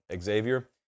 Xavier